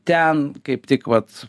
ten kaip tik vat